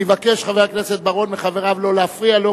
שיבקש חבר הכנסת בר-און מחבריו לא להפריע לו,